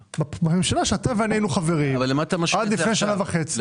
בממשלה שאתה ואני היינו חברים בה עד לפני שנה וחצי.